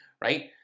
right